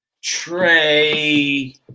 Trey